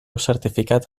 certificat